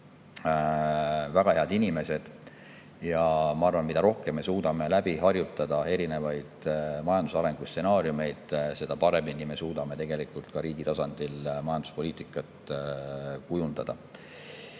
väga head inimesed. Ja ma arvan, et mida rohkem me suudame läbi harjutada erinevaid majandusarengu stsenaariumeid, seda paremini me suudame tegelikult ka riigi tasandil majanduspoliitikat kujundada.